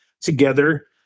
together